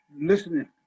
listening